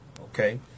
okay